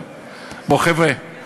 חבר'ה,